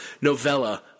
Novella